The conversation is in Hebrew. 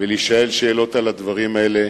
ולהישאל שאלות על הדברים האלה.